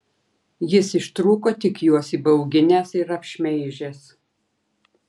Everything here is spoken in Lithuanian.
jis ištrūko tik juos įbauginęs ir apšmeižęs